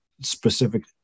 specific